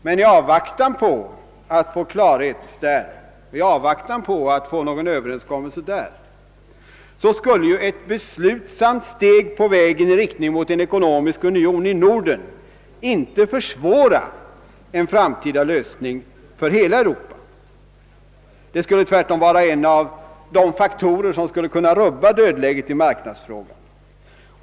I avvaktan på att vinna klarhet om den och att få till stånd någon överenskommelse med Frankrike skulle ett beslutsamt steg på vägen i riktning mot en ekonomisk union i Norden inte försvåra en framtida lösning för hela Europa. Det skulle tvärtom vara en av de faktorer som skulle kunna rubba dödläget i marknadsfrågan.